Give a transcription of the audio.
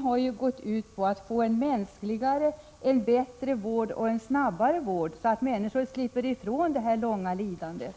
har gått ut på att vi skall få en mänskligare och bättre vård, att vi skall kunna ge vård snabbare än nu, så att människor slipper ifrån sitt långa lidande.